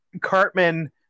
Cartman